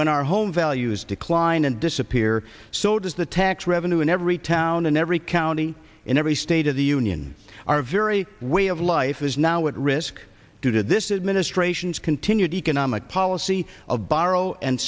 when our home values decline and disappear so does the tax revenue in every town in every county in every state of the union our very way of life is now at risk due to this administration's continued economic policy of borrow and